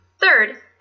Third